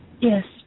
Yes